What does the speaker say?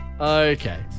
Okay